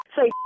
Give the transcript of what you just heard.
Say